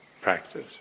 practice